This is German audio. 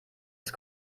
ist